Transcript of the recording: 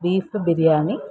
beef biryani